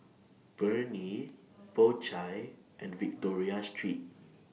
Burnie Po Chai and Victoria Secret